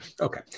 Okay